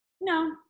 No